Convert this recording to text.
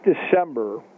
December